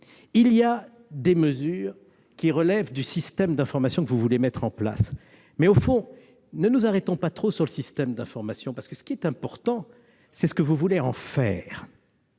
il y a des mesures qui relèvent du système d'information que vous voulez mettre en place. Ne nous arrêtons pas trop sur le système d'information, car, ce qui est important, c'est ce que vous voulez en faire.